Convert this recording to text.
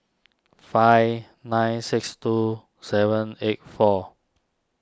five nine six two seven eight four